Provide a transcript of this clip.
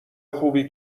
خوبی